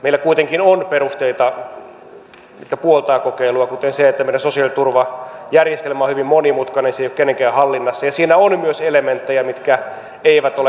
meillä kuitenkin on perusteita mitkä puoltavat kokeilua kuten se että meidän sosiaaliturvajärjestelmämme on hyvin monimutkainen se ei ole kenenkään hallinnassa ja siinä on myös elementtejä mitkä eivät ole kannustavia